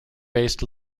based